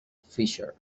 fischer